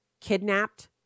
kidnapped